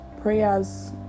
prayer's